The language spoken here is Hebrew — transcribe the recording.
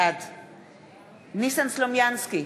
בעד ניסן סלומינסקי,